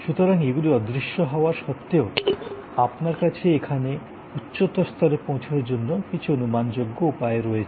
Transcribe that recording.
সুতরাং এগুলি অদৃশ্য হওয়া সত্ত্বেও আপনার কাছে এখানে উচ্চতর স্তরে পৌঁছনোর জন্য কিছু অনুমানযোগ্য উপায় রয়েছে